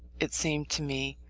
it seemed to me,